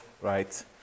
right